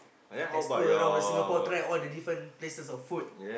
let's tour around the Singapore try all the different places of food